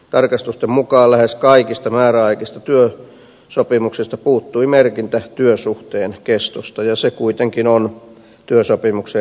tarkastusten mukaan lähes kaikista määräaikaisista työsopimuksista puuttui merkintä työsuhteen kestosta ja se kuitenkin on työsopimuksen eräs perusasia